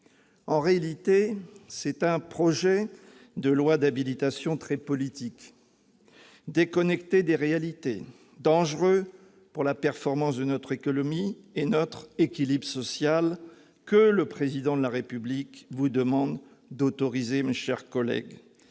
En réalité, c'est un projet de loi d'habilitation très politique, déconnecté des réalités, dangereux pour la performance de l'économie et notre équilibre social que le Président de la République vous demande d'autoriser, mes chers collègues,